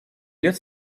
лет